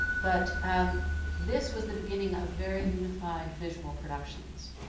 but this was the beginning of very unified visual productions.